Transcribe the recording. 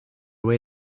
way